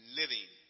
living